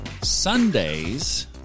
Sundays